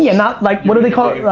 yeah not like, what do they call it?